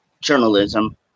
journalism